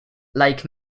like